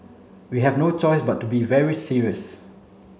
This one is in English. we have no choice but to be very serious